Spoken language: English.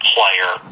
Player